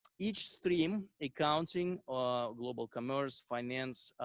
each stream, accounting or global commerce, finance,